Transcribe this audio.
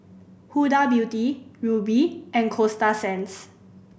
Huda Beauty Rubi and Coasta Sands